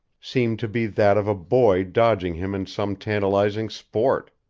seemed to be that of a boy dodging him in some tantalizing sport.